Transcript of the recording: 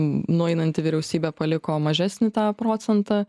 nueinanti vyriausybė paliko mažesnį tą procentą